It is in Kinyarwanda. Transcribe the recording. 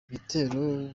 ibitero